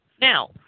Now